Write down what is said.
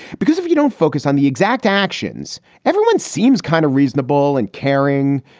because if you don't focus on the exact actions, everyone seems kind of reasonable and caring.